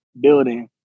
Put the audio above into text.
building